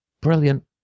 Brilliant